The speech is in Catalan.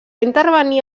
intervenir